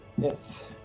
Yes